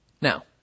Now